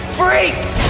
freaks